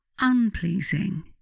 unpleasing